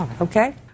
Okay